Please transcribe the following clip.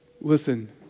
listen